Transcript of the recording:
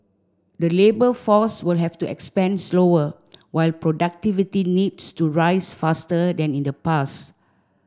the labour force will have to expand slower while productivity needs to rise faster than in the past